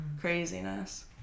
craziness